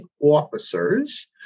officers